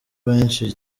benshi